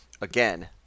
Again